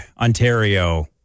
Ontario